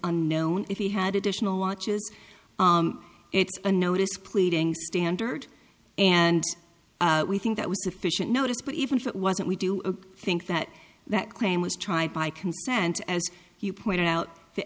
unknown if he had additional watches it's a notice pleading standard and we think that was sufficient notice but even if it wasn't we do think that that claim was tried by consent as you point out the